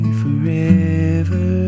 forever